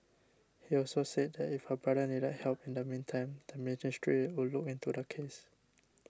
he also said that if her brother needed help in the meantime the ministry would look into the case